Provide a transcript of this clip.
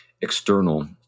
external